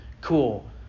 cool